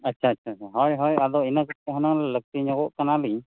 ᱟᱪᱪᱷᱟ ᱟᱪᱪᱷᱟ ᱦᱚᱭ ᱦᱚᱭ ᱟᱫᱚ ᱤᱱᱟᱹᱠᱚ ᱦᱩᱱᱟᱹᱝ ᱞᱟᱹᱠᱛᱤᱧᱚᱜᱚᱜ ᱠᱟᱱᱟᱞᱤᱧ